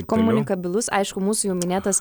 komunikabilus aišku mūsų jau minėtas